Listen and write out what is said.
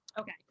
okay